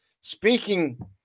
Speaking